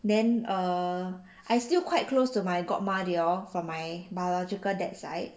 then err I still quite close to my godma they all from my biological dad side